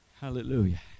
Hallelujah